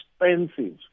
expensive